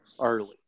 early